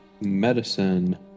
Medicine